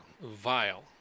vile